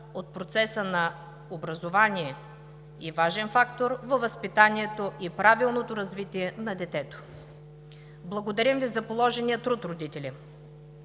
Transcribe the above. от процеса на образование и важен фактор във възпитанието и правилното развитие на детето. Благодарим Ви за положения труд, родители!